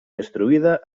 destruïda